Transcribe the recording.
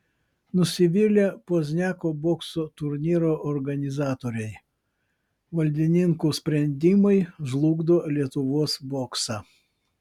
nusivylę pozniako bokso turnyro organizatoriai valdininkų sprendimai žlugdo lietuvos boksą